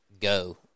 go